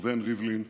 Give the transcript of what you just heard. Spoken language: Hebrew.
ראובן ריבלין,